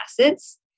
acids